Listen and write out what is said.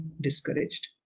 discouraged